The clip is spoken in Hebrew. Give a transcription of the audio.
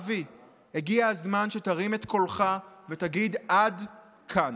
אבי, הגיע הזמן שתרים את קולך ותגיד: עד כאן.